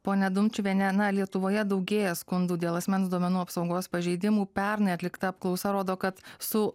ponia dumčiuviene na lietuvoje daugėja skundų dėl asmens duomenų apsaugos pažeidimų pernai atlikta apklausa rodo kad su